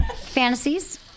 fantasies